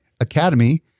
Academy